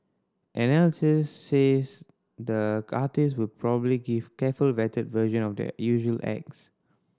analysis says the artist will probably give careful vetted version of their usual acts